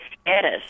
status